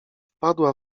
wpadła